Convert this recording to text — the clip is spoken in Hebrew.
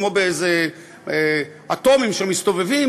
כמו באיזה אטומים שמסתובבים,